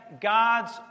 God's